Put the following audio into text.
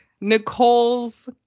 Nicole's